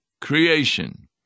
Creation